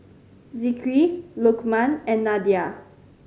Zikri Lukman and Nadia